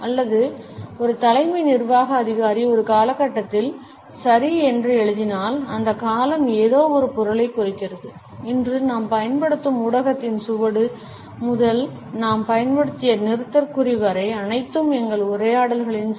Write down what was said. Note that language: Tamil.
அல்லது ஒரு தலைமை நிர்வாக அதிகாரி ஒரு காலகட்டத்தில் சரி என்று எழுதினால் அந்தக் காலம் ஏதோவொரு பொருளைக் குறிக்கிறது இன்று நாம் பயன்படுத்தும் ஊடகத்தின் சுவடு முதல் நாம் பயன்படுத்திய நிறுத்தற்குறி வரை அனைத்தும் எங்கள் உரையாடல்களில் சி